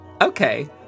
Okay